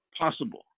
possible